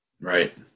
Right